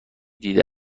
دیده